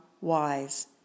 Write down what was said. wise